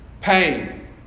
pain